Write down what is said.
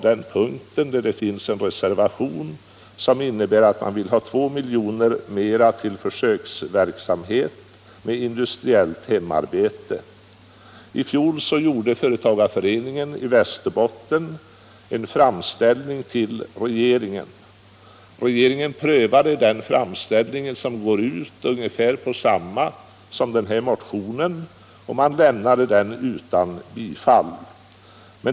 Det finns en reservation till förmån för 2 miljoner mera till försöksverksamhet med industriellt hemarbete. I fjol gjorde företagarföreningen i Västerbotten en framställning till regeringen om detta. Regeringen prövade framställningen, som gick ut på ungefär samma sak som denna motion, men lämnade den utan bifall.